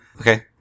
Okay